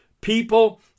people